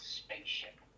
spaceship